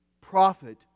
prophet